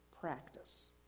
practice